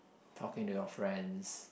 talking to your friends